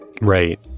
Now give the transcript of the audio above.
Right